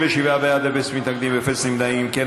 ובכן,